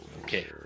Okay